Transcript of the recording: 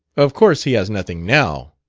of course he has nothing, now,